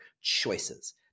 choices